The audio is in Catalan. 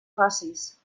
facis